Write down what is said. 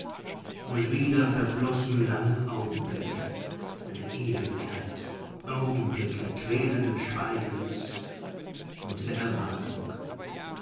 und wieder verflossen lange augenblicke eine ewigkeit augenblicke quälenden schweigens und der erwartung